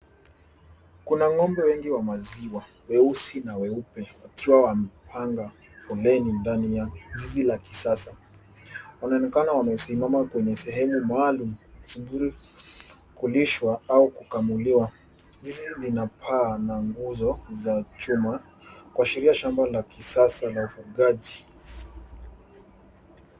Kuna ngombe wengi wa maziwa weusi na weupe wakiwa wamepanga foleni ndani ya zizi la kisasa. Wanaonekana wamesimama kwenye sehemu maalum wakisubiri kulishwa au kukamiliwa. Zizi lina paa na nguzo za chuma kuashiria shamba la kisasa la ufugaji.